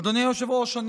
אדוני היושב-ראש,